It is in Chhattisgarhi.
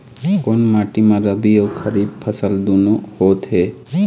कोन माटी म रबी अऊ खरीफ फसल दूनों होत हे?